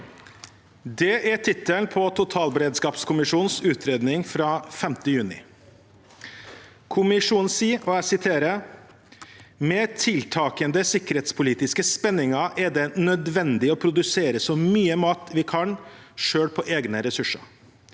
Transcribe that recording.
Det er tittelen på totalberedskapskommisjonens utredning fra 5. juni. Kommisjonen sier: «Med tiltakende sikkerhetspolitiske spenninger er det nødvendig å produsere så mye mat vi kan selv på egne ressurser.